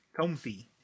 comfy